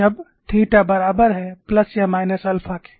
जब थीटा बराबर है प्लस या माइनस अल्फा के